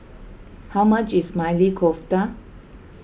how much is Maili Kofta